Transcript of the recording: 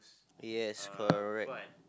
yes correct